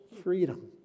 freedom